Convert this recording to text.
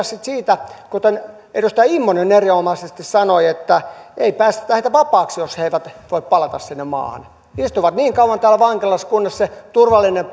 sitten siitä kuten edustaja immonen erinomaisesti sanoi että ei päästetä heitä vapaaksi jos he eivät voi palata sinne maahan istuvat niin kauan täällä vankilassa kunnes se turvallinen